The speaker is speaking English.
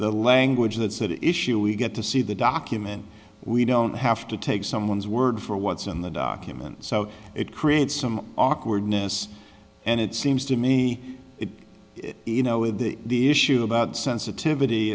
the language that's an issue we get to see the document we don't have to take someone's word for what's in the documents so it creates some awkwardness and it seems to me it is you know with the issue about sensitivity